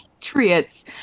Patriots